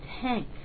tank